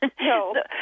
No